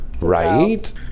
Right